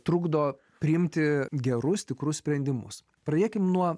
trukdo priimti gerus tikrus sprendimus pradėkime nuo